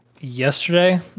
yesterday